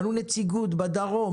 בנו נציגות בדרום,